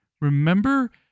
remember